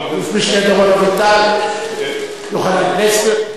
אלוף-משנה דורון אביטל, יוחנן פלסנר.